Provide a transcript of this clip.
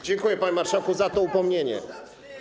Dziękuję, panie marszałku, za to upomnienie.